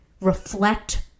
reflect